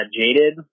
Jaded